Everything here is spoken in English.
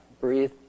Breathe